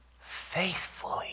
faithfully